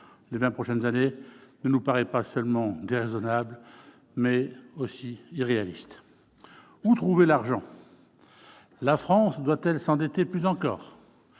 les vingt prochaines années -nous paraît non seulement déraisonnable, mais aussi irréaliste. Où trouver l'argent ? Ah ! La France doit-elle s'endetter plus encore ?